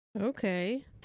Okay